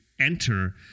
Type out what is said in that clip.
enter